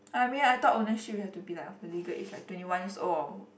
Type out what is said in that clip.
I mean I thought ownership you have to be like really good if you are twenty one years old or